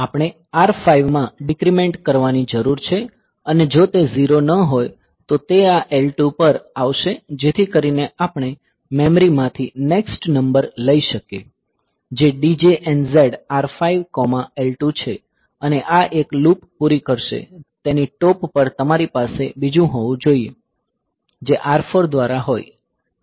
આપણે R5 માં decrement કરવાની જરૂર છે અને જો તે 0 ન હોય તો તે આ L2 પર આવશે જેથી કરીને આપણે મેમરી માંથી નેક્સ્ટ નંબર લઈ શકીએ જે DJNZ R5 L2 છે અને આ એક લૂપ પુરી કરશે તેની ટોપ પર તમારી પાસે બીજું હોવું જોઈએ જે R4 દ્વારા હોય